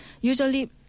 Usually